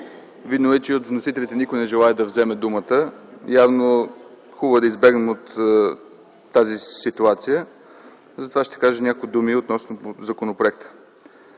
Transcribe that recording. Видно е, че от вносителите никой не желае да вземе думата. Явно е хубаво да избегнем от тази ситуация. Затова ще кажа няколко думи относно законопроекта.